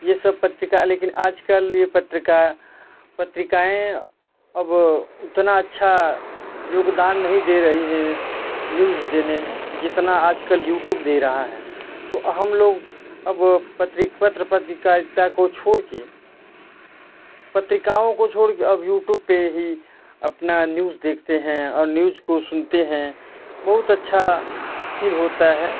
ये सब पत्रिका लेकिन आज कल यह पत्रिका पत्रिकाएँ अब उतना अच्छा योगदान नहीं दे रही हैं न्यूज़ देने में जितना आज कल यूट्यूब दे रहा है तो हम लोग अब पत्र पत्रिकारिता को छोड़ कर पत्रिकाओं को छोड़ कर अब यूट्यूब पर ही अपनी न्यूज़ देखते हैं और न्यूज़ को सुनते हैं बहुत अच्छा फील होता है